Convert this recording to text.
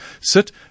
sit